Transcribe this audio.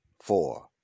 four